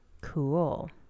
Cool